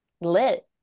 Lit